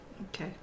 Okay